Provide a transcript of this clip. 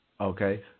okay